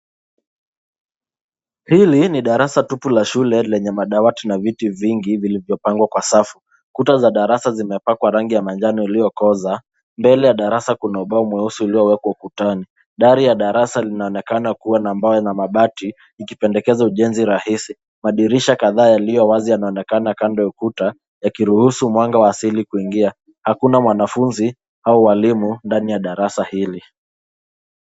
Hili ni darasa tupu la shule lenye madawati na viti vingi vilivyopangwa kwa safu, kuta za darasa zimepakwa rangi ya manjano iliyokoza, mbele ya darasa kuna ubao mweusi uliowekwa ukutani dari ya darasa linaonekana kuwa na mawe na mabati ikipendekeza ujenzi rahisi, madirisha kadhaa yaliyo wazi yanaonekana kando ukuta yakiruhusu mwanga wa asili kuingia hakuna mwanafunzi au walimu ndani ya darasa hili.